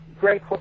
great